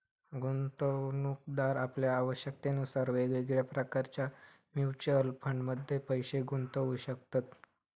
गुंतवणूकदार आपल्या आवश्यकतेनुसार वेगवेगळ्या प्रकारच्या म्युच्युअल फंडमध्ये पैशे गुंतवू शकतत